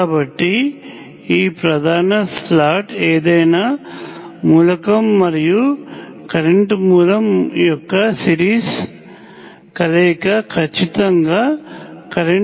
కాబట్టి ఈ ప్రధాన స్లాట్ ఏదైనా మూలకం మరియు కరెంట్ మూలము యొక్క సీరీస్ కలయిక ఖచ్చితంగా కరెంట్ మూలముతో సమానం